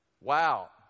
Wow